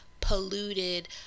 polluted